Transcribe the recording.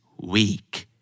week